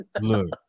Look